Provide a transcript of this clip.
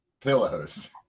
pillows